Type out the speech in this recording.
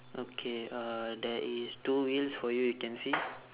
okay uh there is two wheels for you you can see